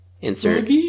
Insert